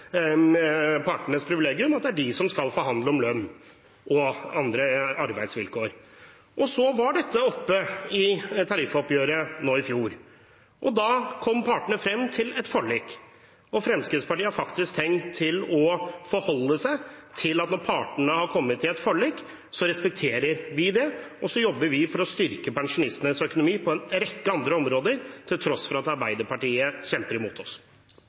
i partenes privilegium om at det er de som skal forhandle om lønn og andre arbeidsvilkår. Dette var oppe i tariffoppgjøret i fjor. Da kom partene frem til et forlik. Fremskrittspartiet har faktisk tenkt å forholde seg til dette: Når partene har kommet til et forlik, respekterer vi det, og så jobber vi for å styrke pensjonistenes økonomi på en rekke andre områder, til tross for at Arbeiderpartiet kjemper imot oss.